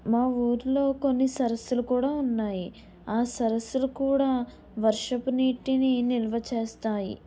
మా ఊరిలో కొన్ని సరస్సులు కూడా ఉన్నాయి ఆ సరస్సులు కూడా వర్షపు నీటిని నిల్వ చేస్తాయి